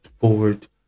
forward